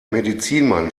medizinmann